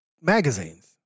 magazines